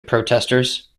protesters